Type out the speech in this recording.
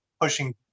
pushing